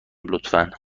لطفا